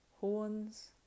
Horns